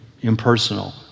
impersonal